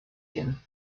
him